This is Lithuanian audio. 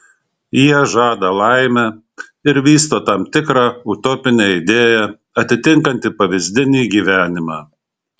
jie žada laimę ir vysto tam tikrą utopinę idėją atitinkantį pavyzdinį gyvenimą